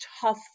tough